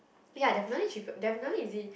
ya definitely cheaper definitely easy